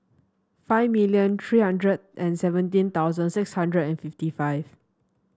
five million three hundred and seventeen thousand six hundred and fifty five